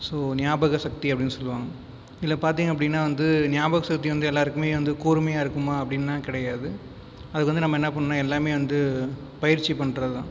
so ஞாபக சக்தி அப்படின்னு சொல்லுவாங்க இதில் பார்த்தீங்க அப்படின்னா வந்து ஞாபக சக்தி வந்து எல்லாேருக்குமே வந்து கூர்மையாக இருக்குமா அப்படின்னா கிடையாது அதுக்கு வந்து நம்ம என்ன பண்ணணும் எல்லாமே வந்து பயிற்சி பண்ணுறது தான்